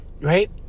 right